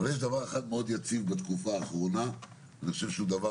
אבל יש דבר אחד מאוד יציב בתקופה האחרונה ואני חושב שהוא דבר